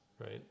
right